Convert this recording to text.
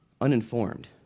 uninformed